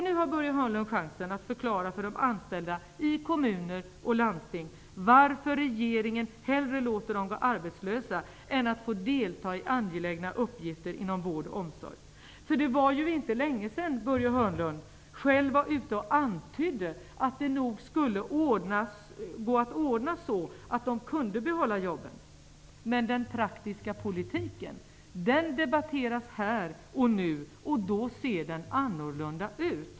Nu har Börje Hörnlund chansen att förklara för de anställda i kommuner och landsting varför regeringen hellre låter dem gå arbetslösa än låter dem få delta i angelägna uppgifter inom vård och omsorg. Det var ju inte länge sedan Börje Hörnlund själv var ute och antydde att det nog skulle gå att ordna så att de kunde behålla jobben. Men den praktiska politiken debatteras här och nu, och då ser den annorlunda ut.